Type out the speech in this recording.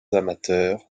amateurs